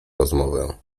rozmowę